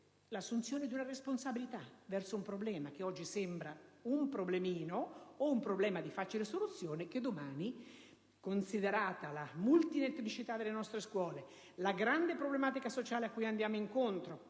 un'assunzione di responsabilità per un problema che oggi sembra piccolo o di facile soluzione, ma che un domani, considerata la multietnicità delle nostre scuole, la grande problematica sociale a cui andiamo incontro,